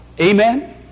Amen